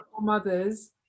mothers